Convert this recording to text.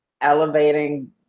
elevating